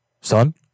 son